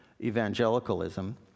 evangelicalism